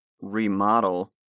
remodel